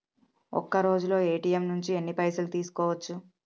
ఒక్కరోజులో ఏ.టి.ఎమ్ నుంచి ఎన్ని పైసలు తీసుకోవచ్చు?